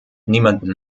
niemandem